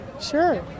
Sure